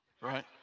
Right